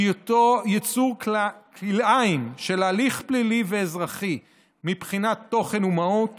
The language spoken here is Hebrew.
בהיותו יצור כלאיים של הליך פלילי ואזרחי מבחינת תוכן ומהות